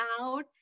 out